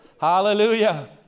Hallelujah